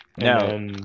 No